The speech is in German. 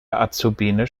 azubine